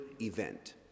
event